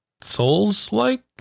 souls-like